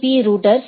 பீ routers